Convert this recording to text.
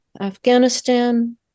Afghanistan